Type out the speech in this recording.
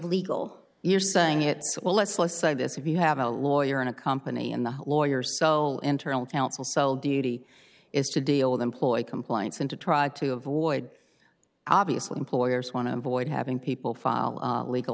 legal you're saying it's well let's let's say this if you have a lawyer in a company in the lawyer soul in terms of counsel sol duty is to deal with employ compliance and to try to avoid obviously employers want to avoid having people follow legal